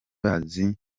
bazi